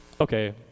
Okay